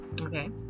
okay